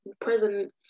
president